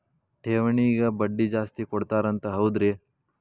ಠೇವಣಿಗ ಬಡ್ಡಿ ಜಾಸ್ತಿ ಕೊಡ್ತಾರಂತ ಹೌದ್ರಿ?